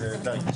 די.